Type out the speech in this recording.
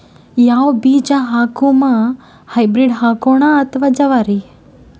ಯಾವ ಬೀಜ ಹಾಕುಮ, ಹೈಬ್ರಿಡ್ ಹಾಕೋಣ ಅಥವಾ ಜವಾರಿ?